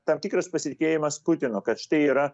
tam tikras pasitikėjimas putino kad štai yra